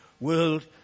world